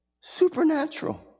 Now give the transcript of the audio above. supernatural